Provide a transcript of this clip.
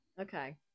okay